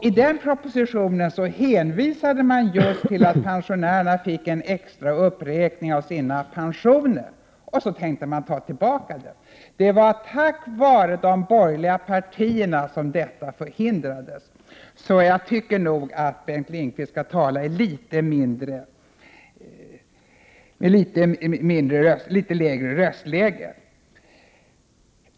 I propositionen hänvisade man just till att pensionärerna fick en extra uppräkning av sina pensioner, och så tänkte man ta tillbaka den. Det var tack vare de borgerliga partierna som detta förhindrades. Så jag tycker nog att Bengt Lindqvist skall använda litet lägre röstläge.